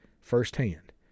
firsthand